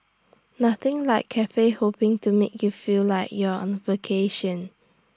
nothing like Cafe hopping to make you feel like you're on A vacation